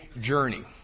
journey